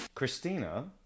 Christina